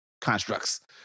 constructs